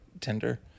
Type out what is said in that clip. Tinder